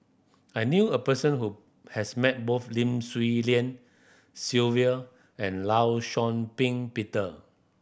I knew a person who has met both Lim Swee Lian Sylvia and Law Shau Ping Peter